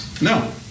No